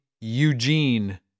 Eugene